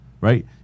right